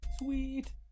Sweet